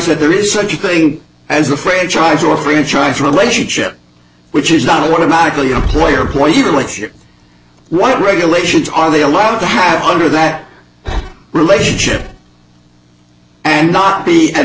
that there is such a thing as a franchise or franchise relationship which is not a one of my plea employer employee relationship what regulations are they allowed to have under that relationship and not be an